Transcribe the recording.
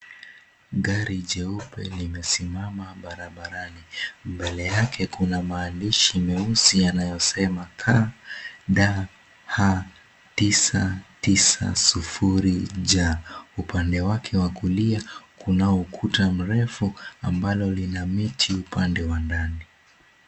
Gari jeupe limesimama barabarani. Mbele yake kuna maandishi meusi yanayosema KDH 990J. Upande wake wa kulia kunao ukuta mrefu ambalo lina miti upande wa ndani.